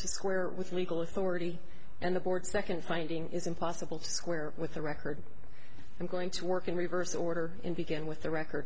to square with legal authority and the board second finding is impossible to square with the record i'm going to work in reverse order and begin with the record